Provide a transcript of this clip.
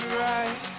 right